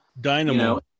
Dynamo